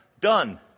Done